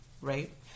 right